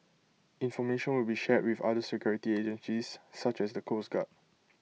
information will be shared with other security agencies such as the coast guard